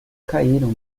caíram